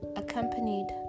accompanied